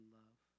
love